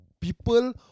people